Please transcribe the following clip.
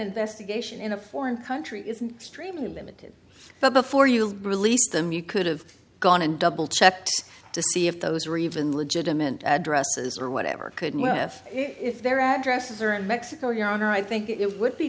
investigation in a foreign country is a stream limited but before you release them you could have gone and double checked to see if those are even legitimate addresses or whatever couldn't you have if their addresses are in mexico your honor i think it would be